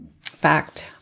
fact